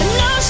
no